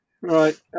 Right